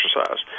exercise